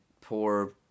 poor